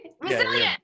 resilient